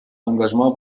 engagement